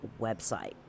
website